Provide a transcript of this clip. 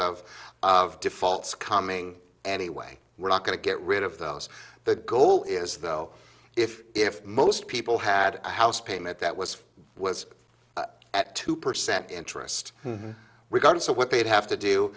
of defaults coming anyway we're not going to get rid of those the goal is though if if most people had a house payment that was was at two percent interest regardless of what they'd have to do